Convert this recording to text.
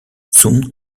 soon